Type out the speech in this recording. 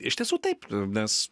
iš tiesų taip nes